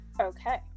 Okay